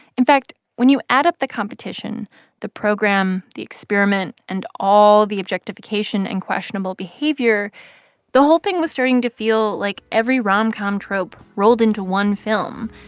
in fact, when you add up the competition the program, the experiment and all the objectification and questionable behavior the whole thing was starting to feel like every rom-com trope rolled into one film,